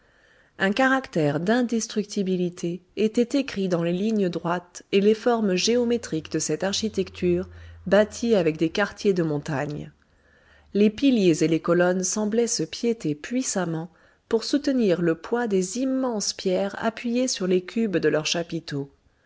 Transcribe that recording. un caractère d'indestructibilité était écrit dans les lignes droites et les formes géométriques de cette architecture bâtie avec des quartiers de montagnes les piliers et les colonnes semblaient se piéter puissamment pour soutenir le poids des immenses pierres appuyées sur les cubes de leurs chapiteaux